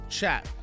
Chat